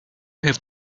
have